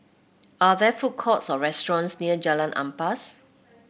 are there food courts or restaurants near Jalan Ampas